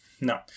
no